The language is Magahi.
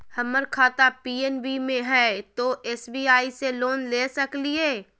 हमर खाता पी.एन.बी मे हय, तो एस.बी.आई से लोन ले सकलिए?